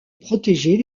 protéger